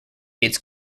its